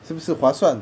是不是划算